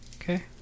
Okay